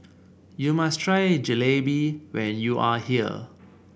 you must try Jalebi when you are here